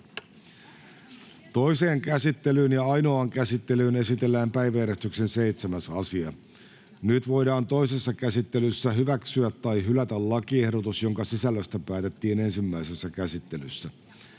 Toiseen käsittelyyn ja ainoaan käsittelyyn esitellään päiväjärjestyksen 7. asia. Nyt voidaan toisessa käsittelyssä hyväksyä tai hylätä lakiehdotus, jonka sisällöstä päätettiin ensimmäisessä käsittelyssä.